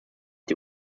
die